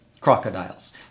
crocodiles